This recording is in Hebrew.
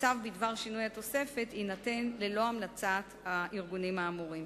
הצו בדבר שינוי התוספת יינתן ללא המלצת הארגונים האמורים.